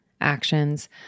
actions